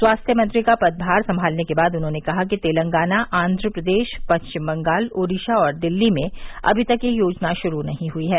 स्वास्थ्य मंत्री का पदभार संभालने के बाद उन्होंने कहा कि तेलंगाना आंघ्र प्रदेश पश्चिम बंगाल ओडिशा और दिल्ली में अभी तक यह योजना शुरू नहीं हई है